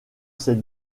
ces